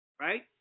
right